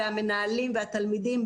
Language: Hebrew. המנהלים והתלמידים.